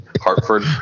Hartford